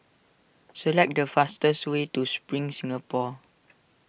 select the fastest way to Spring Singapore